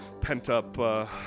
pent-up